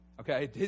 Okay